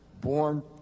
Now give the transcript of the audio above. born